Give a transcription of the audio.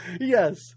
Yes